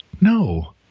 No